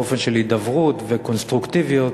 באופן של הידברות וקונסטרוקטיביות,